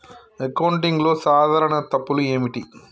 అకౌంటింగ్లో సాధారణ తప్పులు ఏమిటి?